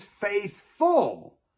faithful